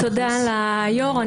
תודה ליו"ר.